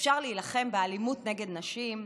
אפשר להילחם באלימות נגד נשים,